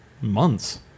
months